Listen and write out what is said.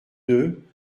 deux